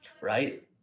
right